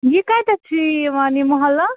یہِ کَتٮ۪تھ چھُ یِوان یہِ محلہٕ